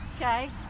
Okay